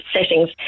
settings